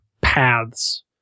paths